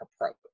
approach